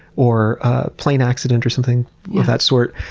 or a plane accident, or something of that sort,